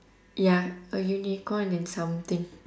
ya a unicorn and something